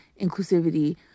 inclusivity